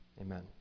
Amen